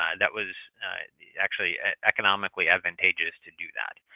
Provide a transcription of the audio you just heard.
um that was actually economically advantageous to do that.